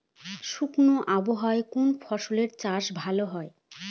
শুষ্ক আবহাওয়ায় কোন ফসলের চাষ ভালো হয়?